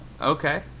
okay